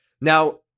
Now